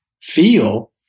feel